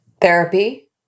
Therapy